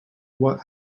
what